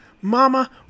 Mama